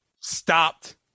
Stopped